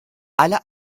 alle